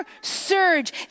surge